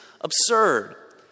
absurd